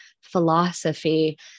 philosophy